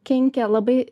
kenkia labai